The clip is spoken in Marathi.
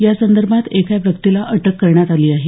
यासंदर्भात एका व्यक्तीला अटक करण्यात आली आहे